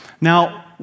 Now